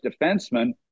defenseman